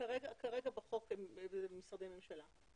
כרגע בחוק, משרדי ממשלה.